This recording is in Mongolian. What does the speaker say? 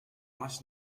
маш